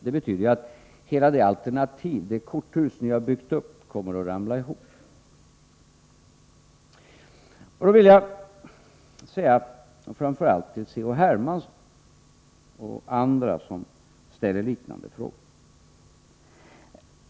Det betyder att hela det korthus ni byggt upp och som utgör ert alternativ kommer att ramla ihop. Då vill jag säga följande framför allt till C.-H. Hermansson och andra som ställer liknande frågor.